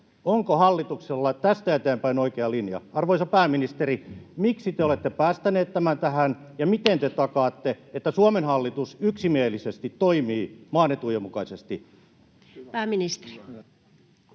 Onko hallituksella tästä eteenpäin oikea linja? Arvoisa pääministeri, miksi te olette päästäneet tämän tähän, ja miten te takaatte, että Suomen hallitus yksimielisesti toimii maan etujen mukaisesti? [Speech